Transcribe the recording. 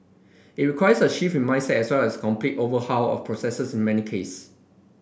it requires a shift in mindset as well as a complete overhaul of processes in many case